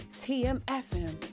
TMFM